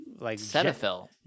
Cetaphil